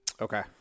Okay